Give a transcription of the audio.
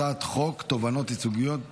הצעת חוק תובענות ייצוגיות (תיקון,